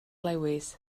lewis